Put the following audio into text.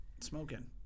Smoking